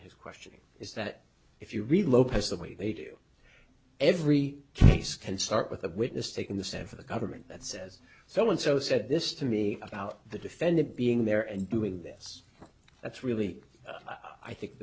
his questioning is that if you read lopez the way they do every case can start with a witness taking the stand for the government that says so and so said this to me about the defendant being there and doing this that's really i think